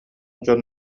дьон